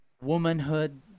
womanhood